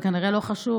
זה כנראה לא חשוב,